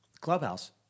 Clubhouse